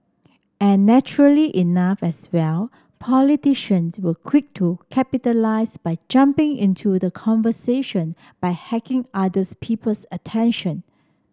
and naturally enough as well politicians were quick to capitalise by jumping into the conversation by hacking others people's attention